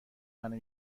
منو